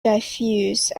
diffuse